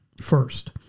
first